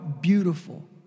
beautiful